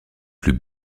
plus